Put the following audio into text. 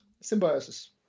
Symbiosis